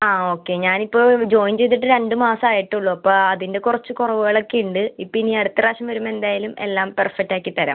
ആ ഓക്കെ ഞാനിപ്പോൾ ജോയിൻ ചെയ്തിട്ട് രണ്ട് മാസമേ ആയിട്ടുള്ളു അപ്പം അതിൻ്റെ കുറച്ച് കുറവുകൾ ഒക്കെ ഉണ്ട് ഇപ്പം ഇനി അടുത്ത പ്രാവശ്യം വരുമ്പം എന്തായാലും എല്ലാം പെർഫെക്ട് ആക്കിത്തരാം